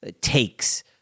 takes